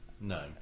No